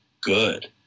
good